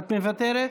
את מוותרת?